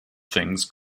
things